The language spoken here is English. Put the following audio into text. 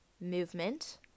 movement